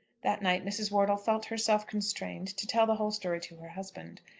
that night mrs. wortle felt herself constrained to tell the whole story to her husband.